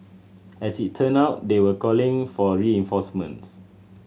as it turn out they were calling for reinforcements